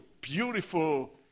beautiful